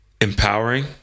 empowering